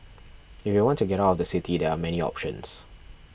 if you want to get out of the city there are many options